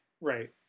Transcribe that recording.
right